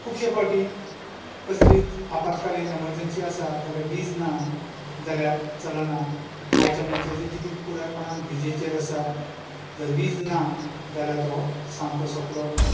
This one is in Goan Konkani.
खूबशें फावटी कसलीच आपातकालीन एमरजन्सी आसात जाल्यार वीज ना जाल्यार चलना आयच्या मनशाचे जिवीत पुरायपणान विजेचेर आसा जर वीज ना जाल्यार तो सामको सोंपलों